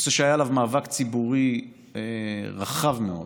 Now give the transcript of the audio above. נושא שהיה עליו מאבק ציבורי רחב מאוד